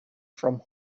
from